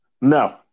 No